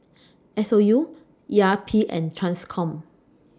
S O U E R P and TRANSCOM